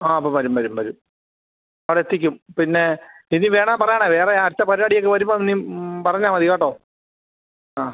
ആ അത് വരും വരും വരും അവിടെ എത്തിക്കും പിന്നെ ഇനി വേണേൽ പറയണേ വേറെ അടുത്ത പരുപാടി വരുമ്പോൾ ഇനിയും പറഞ്ഞാൽ മതി കേട്ടോ ആ